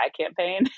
campaign